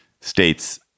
states